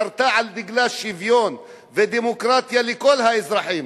חרתה על דגלה שוויון ודמוקרטיה לכל האזרחים,